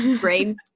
brain